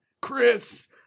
chris